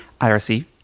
IRC